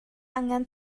angen